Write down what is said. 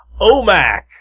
OMAC